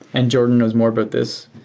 and jordan knows more about this.